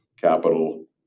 capital